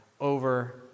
over